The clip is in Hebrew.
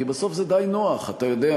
כי בסוף זה די נוח, אתה יודע